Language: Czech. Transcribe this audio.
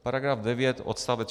Paragraf 9 odst.